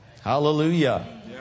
Hallelujah